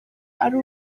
ari